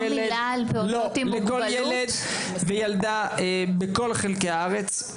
לכל ילד וילדה, בכל חלקי הארץ.